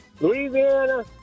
Louisiana